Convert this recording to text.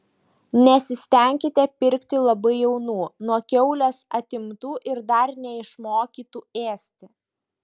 nesistenkite pirkti labai jaunų nuo kiaulės atimtų ir dar neišmokytų ėsti